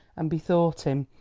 and bethought him,